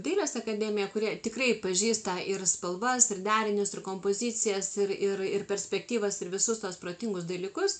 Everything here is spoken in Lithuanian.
dailės akademiją kurie tikrai pažįsta ir spalvas ir derinius ir kompozicijas ir ir ir perspektyvas ir visus tuos protingus dalykus